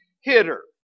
hitter